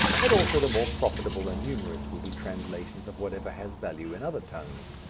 but also the more profitable and numerous will be translations of whatever has value in other tongues.